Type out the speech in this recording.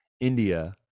India